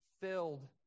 filled